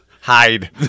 hide